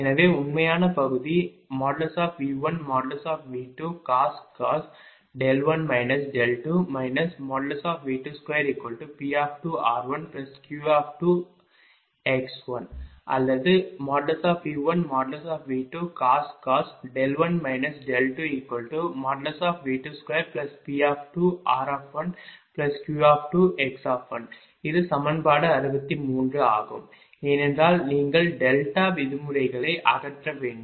எனவே உண்மையான பகுதி V1V2cos 1 2 V22P2r1Q2x அல்லது V1V2cos 1 2 V22P2r1Q2x இது சமன்பாடு 63 ஆகும் ஏனென்றால் நீங்கள் டெல்டா விதிமுறைகளை அகற்ற வேண்டும்